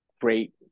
great